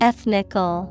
Ethnical